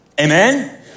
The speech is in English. Amen